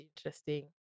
interesting